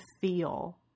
feel